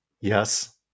Yes